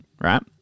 right